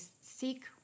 seek